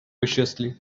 viciously